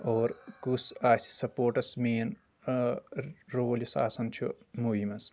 اور کُس آسہِ سپورٹس مین رول یُس آسان چھُ موٗوی منٛز